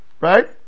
Right